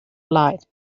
light